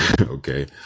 okay